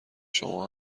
شما